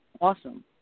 awesome